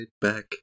back